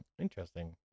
Interesting